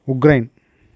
Ukraine